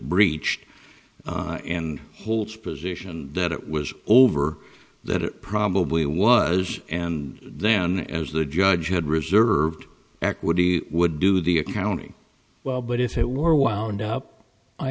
breached and holds position and that it was over that it probably was and then as the judge had reserved equity would do the accounting well but if it war wound up i